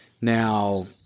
Now